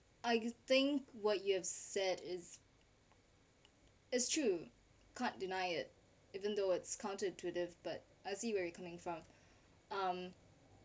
I think what you have said is is true can't deny it even though it's counter intuitive but as he where you coming from um